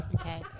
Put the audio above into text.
Okay